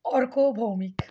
Arka Bhowmik